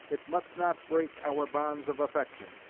it must not break, our bonds of affection.